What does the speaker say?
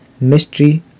mystery